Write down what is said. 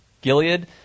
Gilead